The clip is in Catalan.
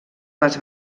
les